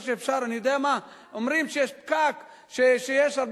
אני חושב שצריך להגיד דברי